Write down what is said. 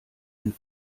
den